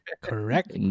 Correct